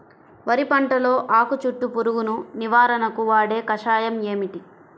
వరి పంటలో ఆకు చుట్టూ పురుగును నివారణకు వాడే కషాయం ఏమిటి?